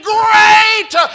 great